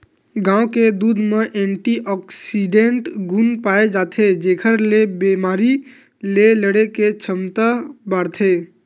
गाय के दूद म एंटीऑक्सीडेंट गुन पाए जाथे जेखर ले बेमारी ले लड़े के छमता बाड़थे